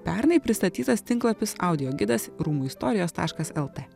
pernai pristatytas tinklapis audio gidas rūmų istorijos taškas lt